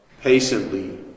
patiently